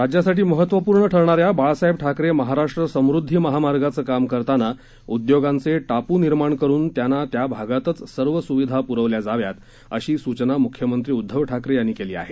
राज्यासाठी महत्वपूर्ण ठरणाऱ्या बाळासाहेब ठाकरे महाराष्ट्र समृद्धी महामार्गाचं काम करताना उद्योगांचे टापू निर्माण करून त्यांना त्या भागातच सर्व सुविधा पुरवल्या जाव्यात अशी सूचना मुख्यमंत्री उद्धव ठाकरे यांनी केली आहे